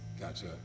Gotcha